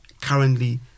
currently